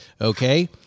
Okay